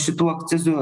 šitų akcizų